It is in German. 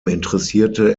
interessierte